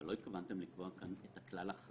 אבל לא התכוונתם לקבוע כאן כלל אחריות